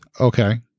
Okay